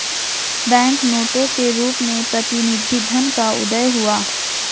bank नोटों के रूप में प्रतिनिधि धन का उदय हुआ